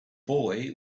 boy